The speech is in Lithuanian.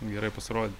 gerai pasirodyt